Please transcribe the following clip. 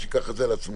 שייקח את זה על עצמו.